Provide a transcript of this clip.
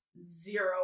zero